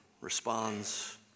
responds